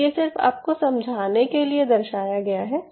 तो ये सिर्फ आपको समझाने के लिए दर्शाया गया है